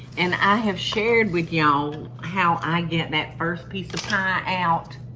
and i have shared with y'all how i get that first piece of pie out